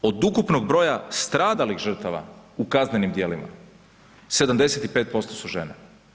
Od ukupnog broja stradalih žrtava u kaznenim djelima 75% su žene.